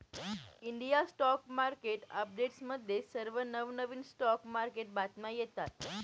India stock market अपडेट्समध्ये सर्व नवनवीन स्टॉक मार्केट बातम्या येतात